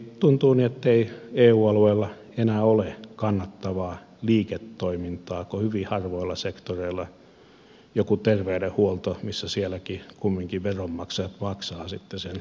tuntuu ettei eu alueella enää ole kannattavaa liiketoimintaa kuin hyvin harvoilla sektoreilla esimerkiksi joku terveydenhuolto missä sielläkin kumminkin veronmaksajat maksavat sen terveydenhuollon